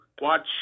watch